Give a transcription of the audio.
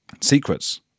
secrets